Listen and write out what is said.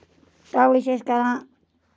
تَوے چھِ أسۍ کران